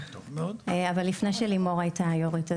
אבל לפני שלימור הייתה היו"רית,